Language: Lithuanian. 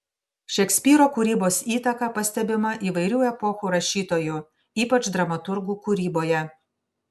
šekspyro kūrybos įtaka pastebima įvairių epochų rašytojų ypač dramaturgų kūryboje